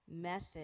method